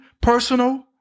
personal